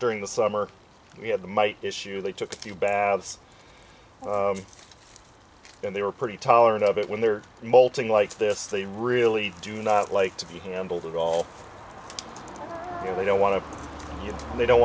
during the summer we had the might issue they took a few baths and they were pretty tolerant of it when they were molting like this they really do not like to be handled at all they don't want to they don't